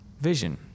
vision